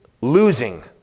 losing